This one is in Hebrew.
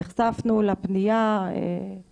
נחשפנו לפנייה של השרה,